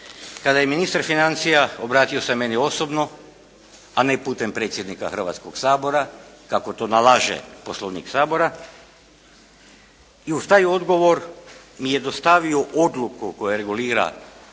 kada je ministar financija obratio se meni osobno, a ne putem predsjednika Hrvatskog sabora kako to nalaže Poslovnik Sabora i uz taj odgovor mi je dostavio odluku koja regulira između ostalog